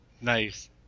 Nice